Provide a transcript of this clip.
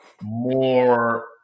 more